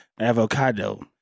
Avocado